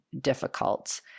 difficult